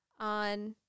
On